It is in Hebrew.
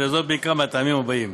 וזאת בעיקר מהטעמים האלה: